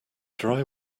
dry